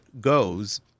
goes